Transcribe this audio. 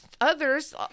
others